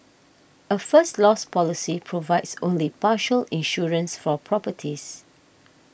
a First Loss policy provides only partial insurance for properties